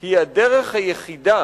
היא הדרך היחידה